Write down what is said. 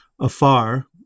afar